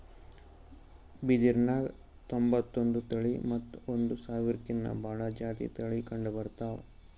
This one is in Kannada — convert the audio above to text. ಬಿದಿರ್ನ್ಯಾಗ್ ತೊಂಬತ್ತೊಂದು ತಳಿ ಮತ್ತ್ ಒಂದ್ ಸಾವಿರ್ಕಿನ್ನಾ ಭಾಳ್ ಜಾತಿ ತಳಿ ಕಂಡಬರ್ತವ್